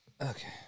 Okay